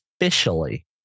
officially